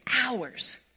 hours